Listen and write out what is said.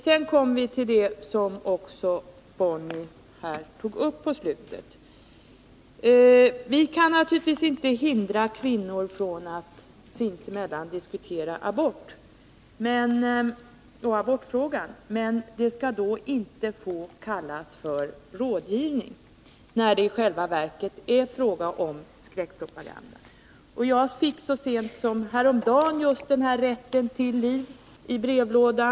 Men sedan kommer vi till de problem som också Bonnie Bernström tog uppislutet av sitt anförande. Vi kan naturligtvis inte hindra kvinnor från att sinsemellan diskutera abortfrågan. Men det skall inte få kallas för rådgivning, när det i själva verket är fråga om skräckpropaganda. Jag fick så sent som häromdagen just Rätten till liv i brevlådan.